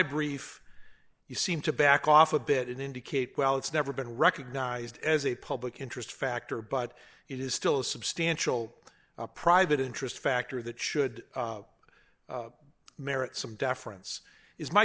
brief you seem to back off a bit indicate well it's never been recognised as a public interest factor but it is still substantial a private interest factor that should merit some deference is my